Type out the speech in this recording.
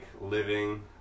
living